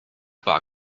bar